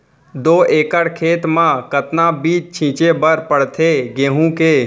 दो एकड़ खेत म कतना बीज छिंचे बर पड़थे गेहूँ के?